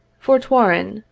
fort warren,